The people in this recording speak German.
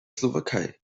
slowakei